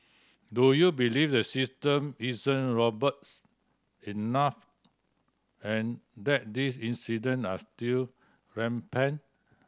do you believe the system isn't robust enough and that these incident are still rampant